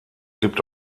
gibt